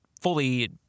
fully